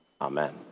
amen